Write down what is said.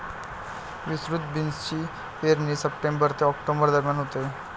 विस्तृत बीन्सची पेरणी सप्टेंबर ते ऑक्टोबर दरम्यान होते